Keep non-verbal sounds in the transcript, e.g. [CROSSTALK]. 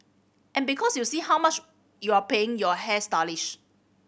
and because you see how much you're paying your [UNINTELLIGIBLE]